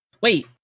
wait